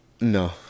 No